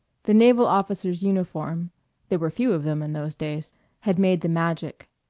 the naval officer's uniform there were few of them in those days had made the magic.